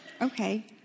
Okay